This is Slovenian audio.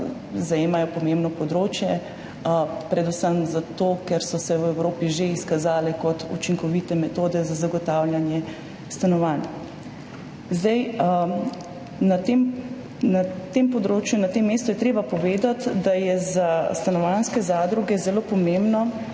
zajemajo pomembno področje, predvsem zato ker so se v Evropi že izkazale kot učinkovite metode za zagotavljanje stanovanj. Na tem področju, na tem mestu je treba povedati, da je za stanovanjske zadruge zelo pomembno,